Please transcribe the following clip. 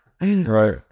right